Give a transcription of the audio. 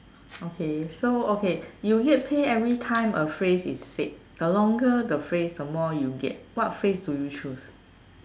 okay so okay you get paid everytime a phrase is said the longer the phrase the more you get what phrase do you choose